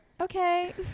okay